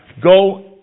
go